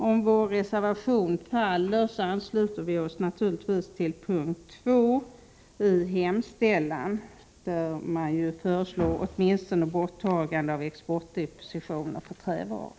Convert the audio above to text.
Om vår reservation faller, ansluter vi oss naturligtvis till vad som står under punkt 2 i hemställan, där det ju föreslås åtminstone borttagande av detta med exportdepositioner för trävaror.